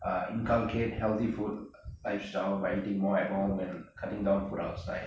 inculcate healthy food lifestyle by eating more at home and cutting down food outside